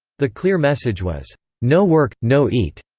the clear message was no work, no eat.